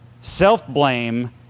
self-blame